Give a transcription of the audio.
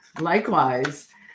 Likewise